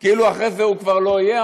כאילו אחרי זה הוא כבר לא יהיה,